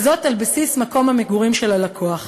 וזאת על בסיס מקום המגורים של הלקוח.